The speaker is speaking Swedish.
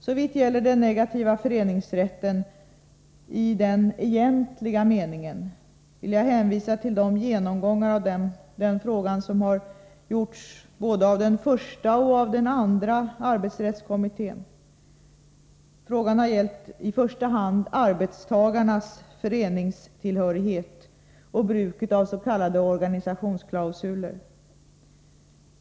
Såvitt gäller den negativa föreningsrätten i den egentliga meningen vill jag hänvisa till de genomgångar av den frågan som har gjorts både av den första och av den andra arbetsrättskommittén. Frågan har gällt i första hand arbetstagarnas föreningstillhörighet och bruket av s.k. organisationsklausuler.